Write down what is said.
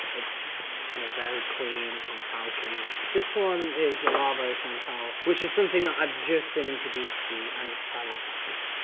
it's kind of very clean and talcy. this one is the le labo santal, which is something that i've just been introduced to and it's travel size.